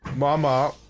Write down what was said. mama.